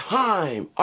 time